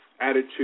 attitude